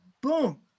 Boom